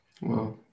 Wow